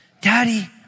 Daddy